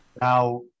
Now